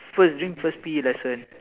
first during first P_E lesson